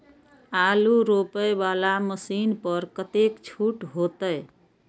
आलू रोपे वाला मशीन पर कतेक छूट होते?